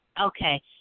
okay